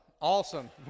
Awesome